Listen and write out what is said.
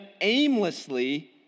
aimlessly